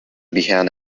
behind